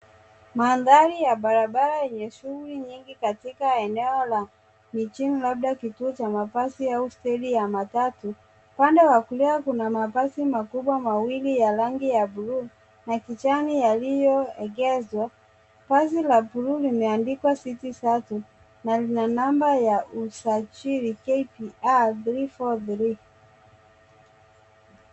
Mandhari ya barabara yenye shughuli nyingi katika eneo la mijini labda kituo cha mabasi au stendi ya matatu. Upande wa kulia kuna mabasi makubwa mawili ya rangi ya buluu na kijani yaliyoegeshwa. Basi la buluu limeandikwa city shuttle na lina namba ya usajili KBR 343.